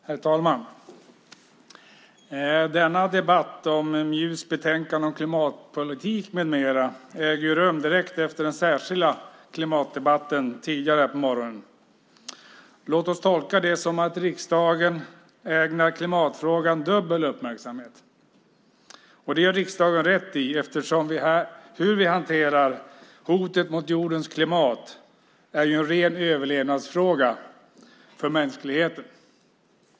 Herr talman! Denna debatt om MJU:s betänkande om klimatpolitik med mera äger rum direkt efter den särskilda klimatdebatten tidigare på morgonen. Låt oss tolka det som att riksdagen ägnar klimatfrågan dubbel uppmärksamhet. Det gör riksdagen rätt i, eftersom frågan om hur vi hanterar hotet mot jordens klimat är en ren överlevnadsfråga för mänskligheten.